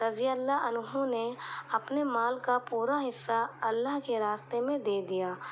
رضی اللہ عنہ نے اپنے مال کا پورا حصہ اللہ کے راستے میں دے دیا